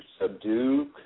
subdue